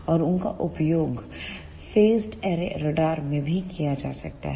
और उनका उपयोग फेसड ऐरे रडार में भी किया जा सकता है